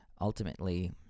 ultimately